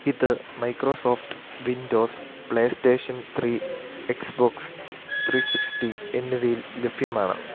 ഇത് Microsoft Windows PlayStation three Xbox three sixty എന്നിവയിൽ ലഭ്യമാണ്